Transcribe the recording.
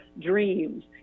dreams